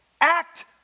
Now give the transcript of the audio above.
Act